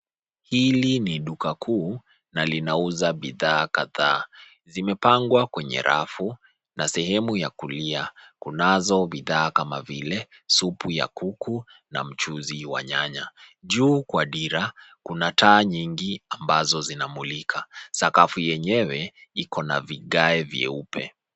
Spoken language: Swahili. Hili ni duka kuu na linauza bidhaa kadhaa. Zimepangwa kwenye rafu na sehemu ya kulia kunazo bidhaa kama vile supu ya kuku na mchuzi wa nyanya. Juu kwa dira Kuna taa nyingi ambazo zinamlika. Sakafu yenyewe iko na vigae vyeupe.